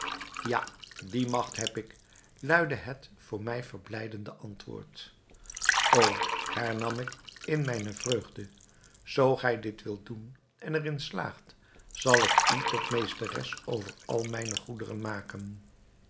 ja die magt heb ik luidde het voor mij verblijdende antwoord o hernam ik in mijne vreugde zoo gij dit wilt doen en er in slaagt zal ik u tot meesteres over al mijne goederen maken